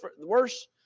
worse